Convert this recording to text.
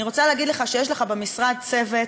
אני רוצה להגיד לך שיש לך במשרד צוות,